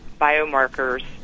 biomarkers